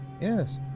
Yes